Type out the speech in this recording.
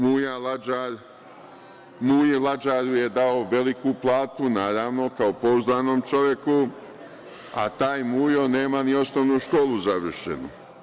Muji Lađaru je dao veliku platu, naravno, kao pouzdanom čoveku, a taj Mujo nema ni osnovnu školu završenu.